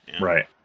Right